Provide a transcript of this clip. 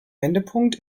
wendepunkt